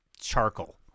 charcoal